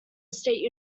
state